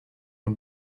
von